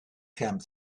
camp